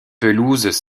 pelouses